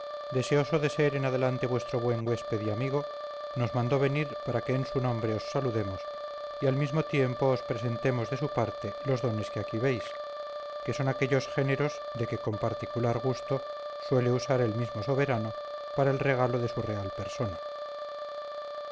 de ser en adelante vuestro buen huésped y amigo nos mandó venir para que en su nombre os saludemos y al mismo tiempo os presentemos de su parte los dones que aquí veis que son aquellos géneros de que con particular gusto suele usar el mismo soberano para el regalo de su real persona